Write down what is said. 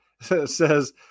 says